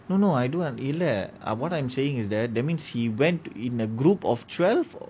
no no I இல்ல:illa what I'm saying is that that means he went to in a group of twelve